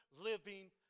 living